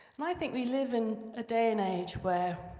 i think we live in a day and age where,